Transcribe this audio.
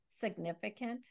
significant